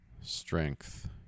Strength